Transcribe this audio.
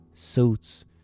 Suits